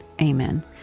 Amen